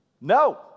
no